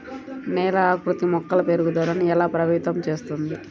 నేల ఆకృతి మొక్కల పెరుగుదలను ఎలా ప్రభావితం చేస్తుంది?